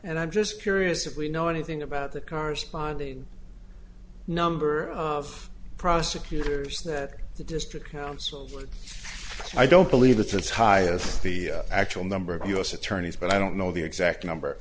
and i'm just curious if we know anything about the corresponding number of prosecutors that the district council but i don't believe that it's highest the actual number of u s attorneys but i don't know the exact number